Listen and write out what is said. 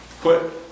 Quit